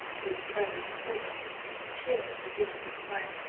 with pleasant talk to cheer the dismal way,